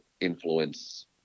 influence